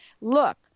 look